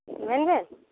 ᱢᱮᱱ ᱵᱮᱱ